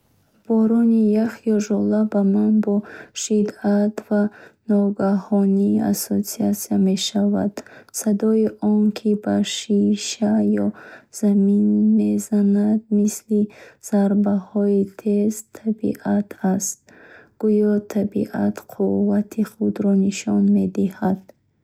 Борони ях ё жола ба ман бо шиддат ва ногаҳонӣ ассоатсия мешавад. Садои он, ки ба шиша е замин мезанад, мисли зарбаҳои тези табиат аст. Гӯё табиат қувваи худро нишон медиҳад.